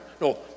No